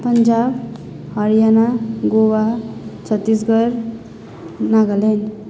Punjab Haryana Goa Chhattisgarh Nagaland